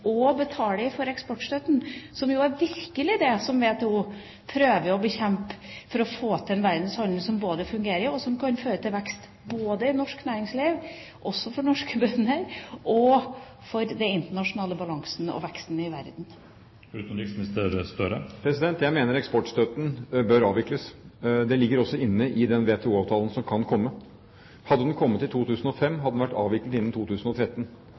og betaler for eksportstøtten, som jo virkelig er det WTO prøver å bekjempe for å få til en verdenshandel som både fungerer og kan føre til vekst for norsk næringsliv, for norske bønder og for den internasjonale balansen og veksten i verden? Jeg mener eksportstøtten bør avvikles. Det ligger også inne i den WTO-avtalen som kan komme. Hadde den kommet i 2005, hadde eksportstøtten vært avviklet innen 2013.